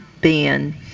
Ben